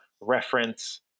reference